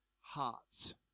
hearts